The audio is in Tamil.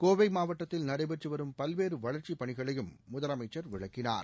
கோவை மாவட்டத்தில் நடைபெற்று வரும் பல்வேறு வளர்ச்சிப் பணிகளையும் முதலமைச்சர் விளக்கினார்